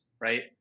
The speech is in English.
right